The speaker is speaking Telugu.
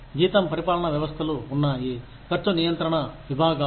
జీతం పరిపాలనా వ్యవస్థలు ఉన్నాయి ఖర్చు నియంత్రణ విభాగాలు